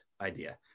idea